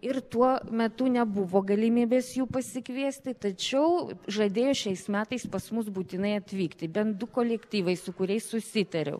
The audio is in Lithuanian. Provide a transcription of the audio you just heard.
ir tuo metu nebuvo galimybės jų pasikviesti tačiau žadėjo šiais metais pas mus būtinai atvykti bent du kolektyvai su kuriais susitariau